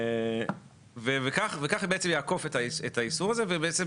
כידוע, וכך בעצם יעקוף את האיסור הזה ובעצם